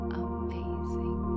amazing